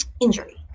injury